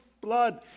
blood